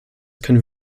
können